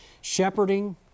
shepherding